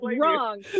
wrong